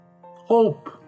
Hope